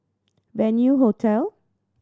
Venue Hotel